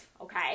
okay